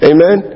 Amen